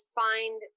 find